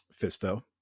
Fisto